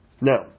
No